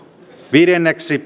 viisi